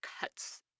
cuts